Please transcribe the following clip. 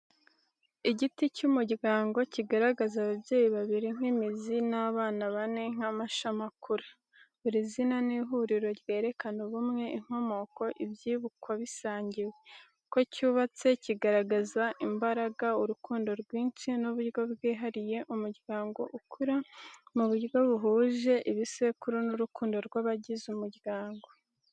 Igiti cy’umuryango kigaragaza ababyeyi babiri nk’imizi, n’abana bane nk’amashami akura. Buri zina n’ihuriro ryerekana ubumwe, inkomoko, n’ibyibukwa bisangiwe. Uko cyubatse kigaragaza imbaraga, urukundo rwinshi, n’uburyo bwihariye umuryango ukura mu buryo buhuje ibisekuru n’urukundo rw’abagize umuryango.